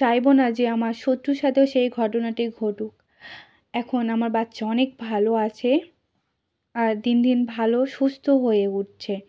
চাইব না যে আমার শত্রুর সাথেও সেই ঘটনাটি ঘটুক এখন আমার বাচ্চা অনেক ভালো আছে আর দিন দিন ভালো সুস্থ হয়ে উঠছে